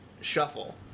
Shuffle